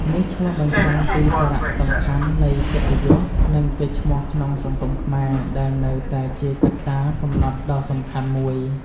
នេះឆ្លុះបញ្ចាំងពីសារៈសំខាន់នៃកិត្តិយស និងកេរ្តិ៍ឈ្មោះក្នុងសង្គមខ្មែរ ដែលនៅតែជាកត្តាកំណត់ដ៏សំខាន់មួយ។